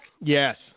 Yes